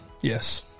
Yes